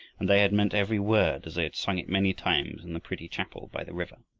and they had meant every word as they had sung it many times in the pretty chapel by the river.